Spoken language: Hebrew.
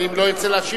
אבל אם לא ירצה להשיב,